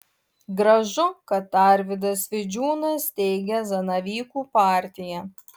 gražu kad arvydas vidžiūnas steigia zanavykų partiją